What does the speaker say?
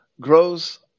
grows